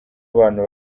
abantu